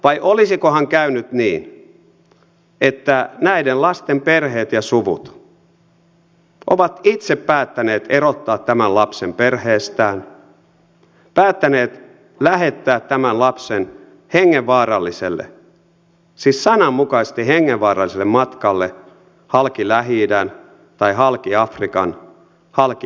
vai olisikohan käynyt niin että näiden lasten perheet ja suvut ovat itse päättäneet erottaa tämän lapsen perheestään päättäneet lähettää tämän lapsen hengenvaaralliselle siis sananmukaisesti hengenvaaralliselle matkalle halki lähi idän tai halki afrikan halki euroopan